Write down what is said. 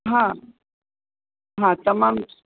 हा हा तमामु